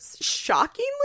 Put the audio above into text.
shockingly